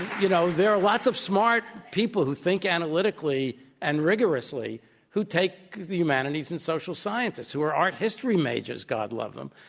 you know, there are lots of smart people who think analytically and rigorously who take the humanities and social sciences, who are art history majors, god love them,